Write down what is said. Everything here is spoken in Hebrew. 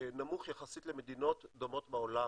נמוך יחסית למדינות דומות בעולם.